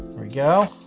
we go.